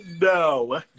No